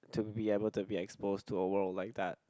to be able to be exposed to a world like that